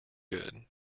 good